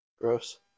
Gross